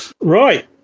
Right